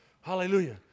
Hallelujah